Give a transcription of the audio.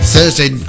Thursday